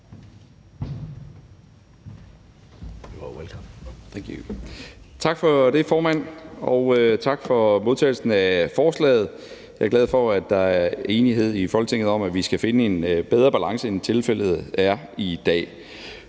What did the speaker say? Tak for det, formand. Og tak for modtagelsen af forslaget. Jeg er glad for, at der er enighed i Folketinget om, at vi skal finde en bedre balance, end tilfældet er i dag.